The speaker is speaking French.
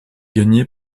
gagnée